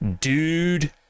Dude